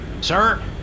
Sir